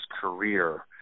career